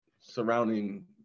surrounding